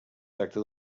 tracta